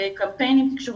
בקמפיינים תקשורתיים,